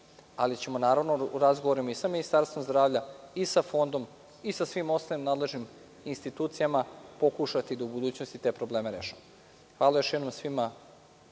ali ćemo u razgovoru sa Ministarstvom zdravlja i sa Fondom i ostalim nadležnim institucijama pokušati da u budućnosti te probleme rešimo. Hvala još jednom svima